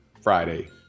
Friday